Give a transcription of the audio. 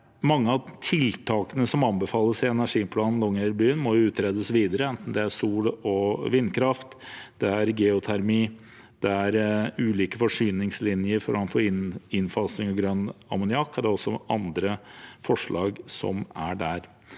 Mange av tiltakene som anbefales i Energiplan Longyearbyen, må utredes videre, enten det er sol- og vindkraft, geotermi eller ulike forsyningslinjer for innfasing av grønn ammoniakk. Det er også andre forslag der.